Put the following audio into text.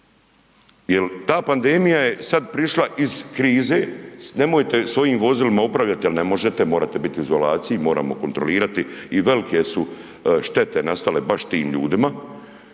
jel ta pandemija je sad prišla iz krize, nemojte svojim vozilima upravljati jer ne možete, morate biti u izolaciji, moramo kontrolirati i velike su štete nastale baš tim ljudima